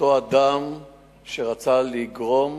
אותו אדם שרצה לגרום